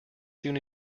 soon